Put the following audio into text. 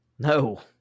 No